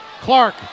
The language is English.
Clark